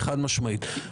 חד משמעית.